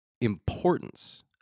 importance